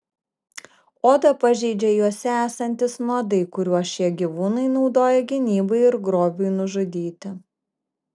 odą pažeidžia juose esantys nuodai kuriuos šie gyvūnai naudoja gynybai ir grobiui nužudyti